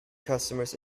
customers